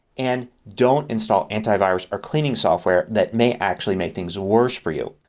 and don't install antivirus or cleaning software that may actually make things worse for you.